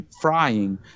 frying